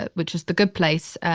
ah which is the good place.